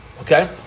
okay